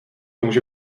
může